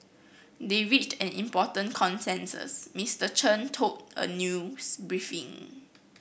they reached an important consensus Mister Chen told a news briefing